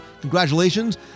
congratulations